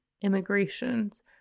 immigrations